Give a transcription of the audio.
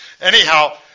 Anyhow